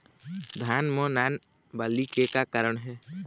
धान म नान बाली के का कारण हे?